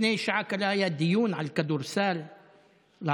לפני שעה קלה היה דיון על כדורסל לערבים,